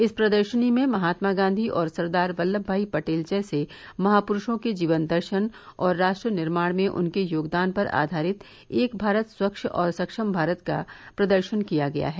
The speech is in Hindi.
इस प्रदर्शनी में महात्मा गांधी और सरदार वल्लभ भाई पटेल जैसे महापुरूषों के जीवन दर्शन और राष्ट्र निर्माण में उनके योगदान पर आधारित एक भारत स्वच्छ और सक्षम भारत का प्रदर्शन किया गया है